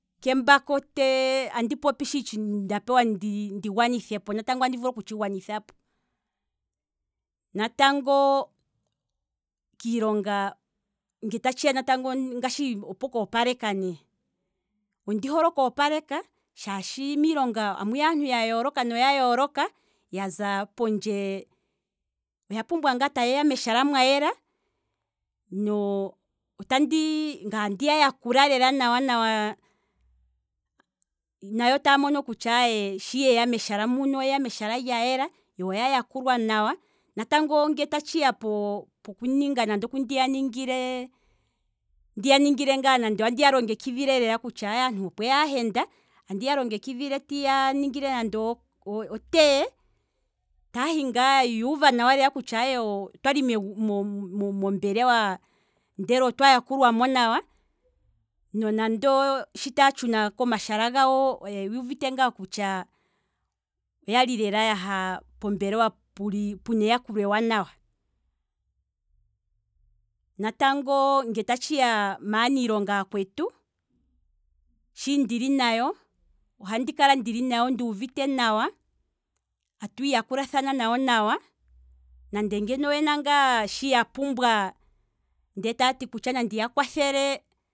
Kembako, andi popi sho nda pewa ndi popye, natango andi vulu kutshi gwanithapo, natango kiilonga nge ta tshiya natango opo kopaleka ne, ondi hole okoopaleka shaashi miilonga amuya aantu ya yooloka noya yooloka, yaza pondje, oya pumbwa ngaa ta yeya meshala mwa yela, notandi, ngaye andi ya yakula lela nawa nawa, nayo taa mono kutya shi yeya meshala muka oyeya meshala lya yela, yo oya yakulwa nawa. natango nge tatshiya poku ninga nande okuli ndiya ningile, ndiya longekidhile lela kutya aye opweya aahenda, andiya ningile nande otea taahi ngaa yuuva nawa lela kutya otwali mo- mo- mombelewa ndele otwa yakulwamo nawa, nonande shi taa tshuna komashala gawo oyuuvite kutya oyali lela pombelewa puna eyakulo ewanawa, natango nge ta tshiya maanilonga aakwetu, shi ndili nayo nduuvite nawa, atu iyakulathana nawa nayo, nande ngeno oyena ngaa shi yapumbwa ndee taati kutya nandi ya kwathele